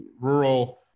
rural